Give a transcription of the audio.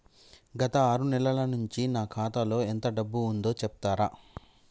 గత ఆరు నెలల నుంచి నా ఖాతా లో ఎంత డబ్బు ఉందో చెప్తరా?